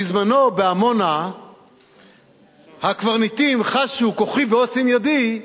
בזמנו בעמונה הקברניטים חשו "כוחי ועוצם ידי"